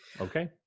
Okay